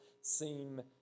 seem